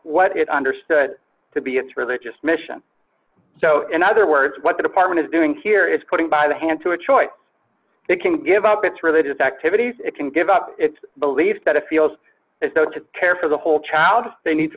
what it understood to be its religious mission so in other words what the department is doing here is putting by the hand to a choice that can give up its religious activities it can give up its belief that if feels as though to care for the whole child they need to